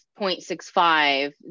0.65